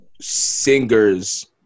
singers